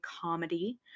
comedy